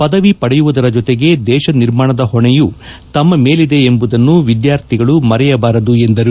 ಪದವಿ ಪಡೆಯುವುದರ ಜೊತೆಗೆ ದೇಶ ನಿರ್ಮಾಣದ ಹೊಣೆಯೂ ತಮ್ಮ ಮೇಲಿದೆ ಎಂಬುದನ್ನು ವಿದ್ಯಾರ್ಥಿಗಳು ಮರೆಯಬಾರದು ಎಂದರು